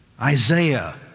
Isaiah